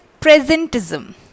presentism